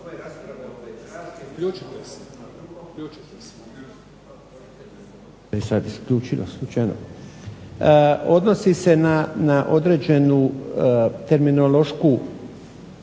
Odnosi se na određenu terminološku